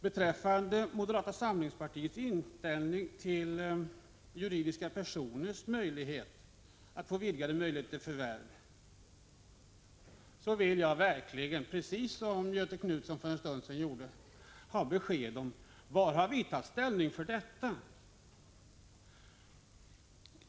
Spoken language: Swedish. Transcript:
Beträffande talet om moderata samlingspartiets inställning till att ge juridiska personer vidgade möjligheter till förvärv vill jag verkligen, precis som Göthe Knutson för en stund sedan, ha besked om var vi har tagit ställning för detta.